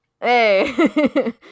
Hey